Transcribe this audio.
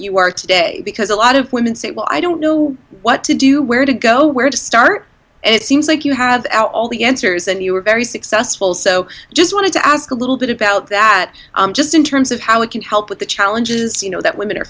you are today because a lot of women say well i don't know what to do where to go where to start and it seems like you have all the answers and you were very successful so i just wanted to ask a little bit about that just in terms of how we can help with the challenges you know that women are